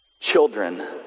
Children